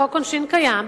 חוק עונשין קיים,